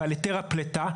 ועל היתר הפליטה,